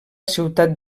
ciutat